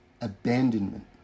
abandonment